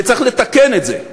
וצריך לתקן את זה.